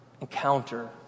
encounter